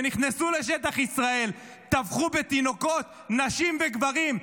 נכנסו לשטח ישראל, טבחו בתינוקות, נשים וגברים.